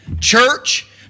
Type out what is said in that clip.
church